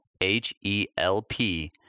H-E-L-P